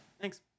Thanks